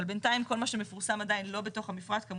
כאשר התוקף של כל מה שמפורסם לא בתוך המפרט לא